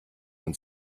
und